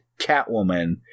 Catwoman